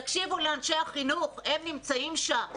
תקשיבו לאנשי החינוך, הם נמצאים שם.